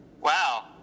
Wow